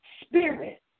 spirit